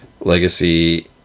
Legacy